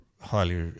highly